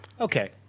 okay